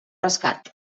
rescat